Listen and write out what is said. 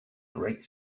great